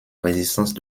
résistance